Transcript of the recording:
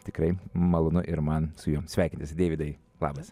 tikrai malonu ir man su juo sveikintis deividai labas